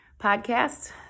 Podcast